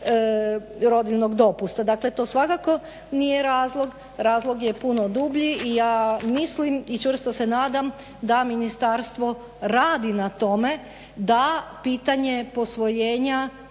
rodiljnog dopusta. to svakako nije razlog, razlog je puno dublji i ja mislim i čvrsto se nadam da ministarstvo radi na tome da pitanje posvojenja